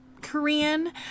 Korean